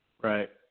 Right